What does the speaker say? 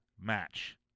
match